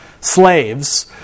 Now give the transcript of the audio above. slaves